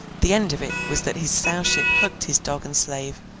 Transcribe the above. the end of it was that his sowship hugged his dog and slave,